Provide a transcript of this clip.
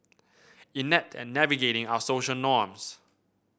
inept at navigating our social norms